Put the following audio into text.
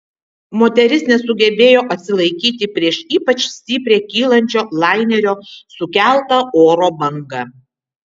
moteris nesugebėjo atsilaikyti prieš ypač stiprią kylančio lainerio sukeltą oro bangą